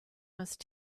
must